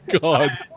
God